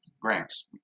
grants